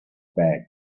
bag